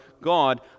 God